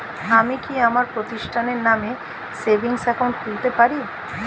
আমি কি আমার প্রতিষ্ঠানের নামে সেভিংস একাউন্ট খুলতে পারি?